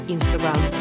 Instagram